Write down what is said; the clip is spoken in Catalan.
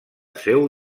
seu